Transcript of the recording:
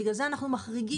בגלל זה אנחנו מחריגים.